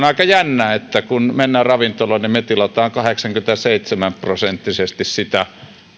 aika jännää että kun mennään ravintolaan niin me tilaamme kahdeksankymmentäseitsemän prosenttisesti sitä